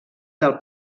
del